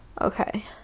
Okay